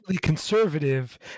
conservative